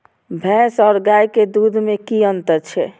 भैस और गाय के दूध में कि अंतर छै?